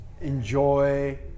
enjoy